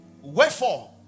Wherefore